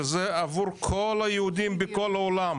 שזה עבור כל היהודים בכל העולם.